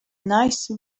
nice